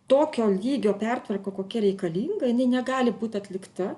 tokio lygio pertvarka kokia reikalinga jinai negali būt atlikta